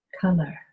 color